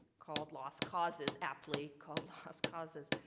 called lost causes aptly called lost causes